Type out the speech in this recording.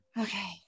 Okay